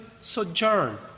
sojourn